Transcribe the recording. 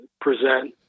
present